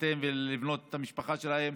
להתחתן ולבנות את המשפחה שלהם.